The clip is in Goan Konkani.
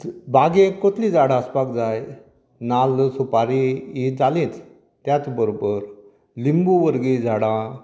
बागेंत कसलीं झाडां आसपाक जाय नाल्ल सुपारी ही जालीच त्याच बरोबर लिंबू वर्गी झाडां